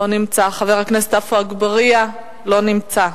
לא נמצא, חבר הכנסת עפו אגבאריה, לא נמצא,